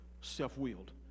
self-willed